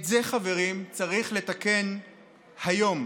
את זה, חברים, צריך לתקן היום,